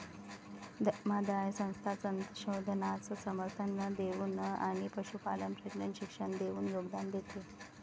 धर्मादाय संस्था संशोधनास समर्थन देऊन आणि पशुपालन प्रजनन शिक्षण देऊन योगदान देते